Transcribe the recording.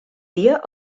dia